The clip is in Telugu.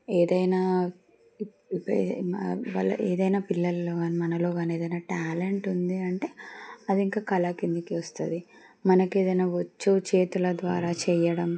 ఏదైనా వాళ్ళ ఏదైనా పిల్లల్లో కానీ మనలో కానీ ఏదైనా ట్యాలెంట్ ఉంది అంటే అది ఇంకా కళా క్రిందికి వస్తుంది మనకి ఏదైనా వచ్చో చేతుల ద్వారా చేయడం